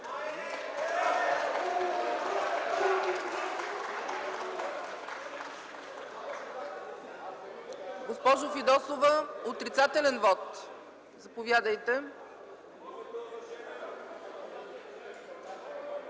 Госпожо Фидосова, отрицателен вот? Заповядайте.